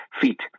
feet